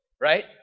right